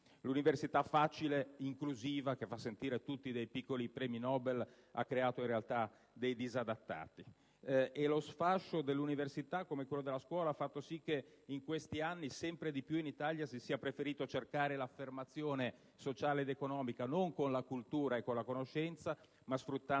L'università facile, inclusiva, che fa sentire tutti dei piccoli premi Nobel, ha creato, in realtà, dei disadattati e lo sfascio dell'università, come quello della scuola, ha fatto sì che in questi anni sempre di più in Italia si sia preferito cercare l'affermazione sociale ed economica non con la cultura e la conoscenza, ma sfruttando